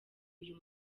uyu